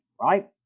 right